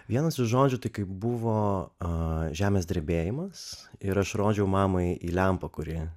vienas iš žodžių tai kaip buvo žemės drebėjimas ir aš rodžiau mamai į lempą kuri